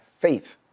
faith